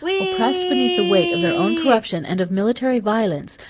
oppressed beneath the weight of their own corruption and of military violence,